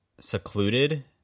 secluded